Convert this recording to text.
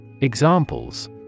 Examples